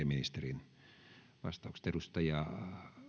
ministerin vastaukset